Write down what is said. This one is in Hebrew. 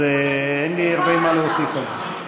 אז אין לי מה להוסיף על זה.